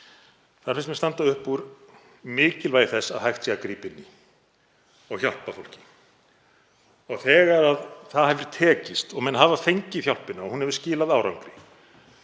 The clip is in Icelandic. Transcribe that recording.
þá finnst mér standa þar upp úr mikilvægi þess að hægt sé að grípa inn í og hjálpa fólki. Þegar það hefur tekist og menn hafa fengið hjálpina og hún hefur skilað árangri